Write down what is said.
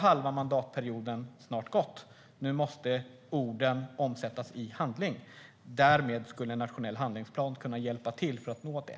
Halva mandatperioden har snart gått. Nu måste orden omsättas i handling. En nationell handlingsplan skulle kunna hjälpa till för att nå dit.